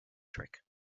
trick